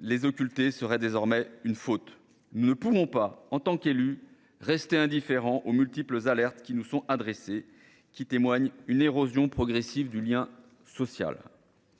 mais les occulter serait désormais une faute. Nous ne pouvons pas, en tant qu’élus, rester indifférents aux multiples alertes qui nous sont adressées, lesquelles témoignent d’une érosion progressive du lien social.